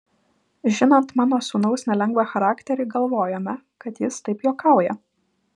žinant mano sūnaus nelengvą charakterį galvojome kad jis taip juokauja